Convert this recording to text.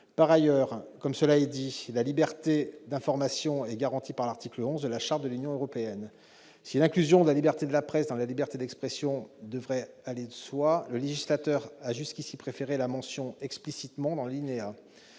Par ailleurs, comme cela est indiqué, la liberté d'information est garantie par l'article 11 de la Charte des droits fondamentaux de l'Union européenne. Si l'inclusion de la liberté de la presse dans la liberté d'expression devrait aller de soi, le législateur a jusqu'à présent préféré la mentionner explicitement.